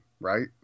Right